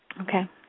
Okay